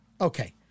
Okay